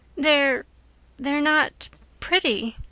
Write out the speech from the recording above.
they're they're not pretty,